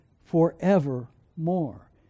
forevermore